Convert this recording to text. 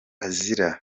azira